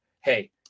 hey